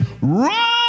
run